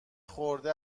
خورده